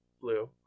Blue